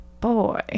boy